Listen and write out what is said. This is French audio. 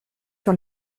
sur